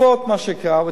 בעקבות מה שקרה,